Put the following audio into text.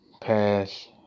pass